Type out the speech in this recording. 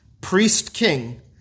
priest-king